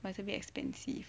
but it's a bit expensive